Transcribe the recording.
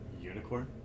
unicorn